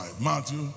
Matthew